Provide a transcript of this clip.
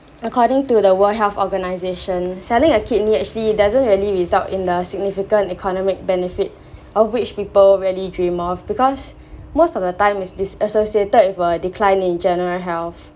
according to the world health organisation selling a kidney actually doesn't really result in the significant economic benefit of rich people really dream of because most of the time is this associated with a decline in general health